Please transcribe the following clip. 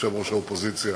יושב-ראש האופוזיציה